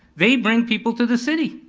they bring people to the city.